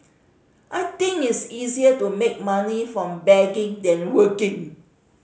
I think it's easier to make money from begging than working